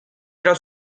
era